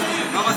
על כל